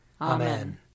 Amen